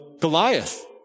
Goliath